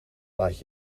laat